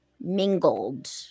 mingled